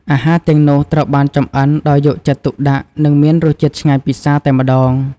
អាហារទាំងនោះ ត្រូវបានចម្អិនដោយយកចិត្តទុកដាក់ និងមានរសជាតិឆ្ងាញ់ពិសារតែម្ដង។